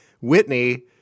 Whitney